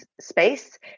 space